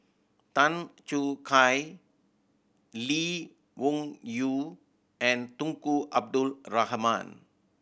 Tan Choo Kai Lee Wung Yew and Tunku Abdul Rahman